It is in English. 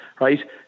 right